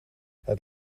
het